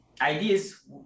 ideas